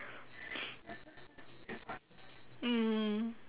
mm